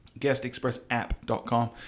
Guestexpressapp.com